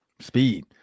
Speed